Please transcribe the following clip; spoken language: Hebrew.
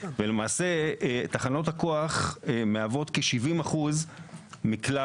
ולמעשה תחנות הכוח מהוות כ-70% מכלל